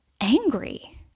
angry